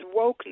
wokeness